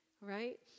Right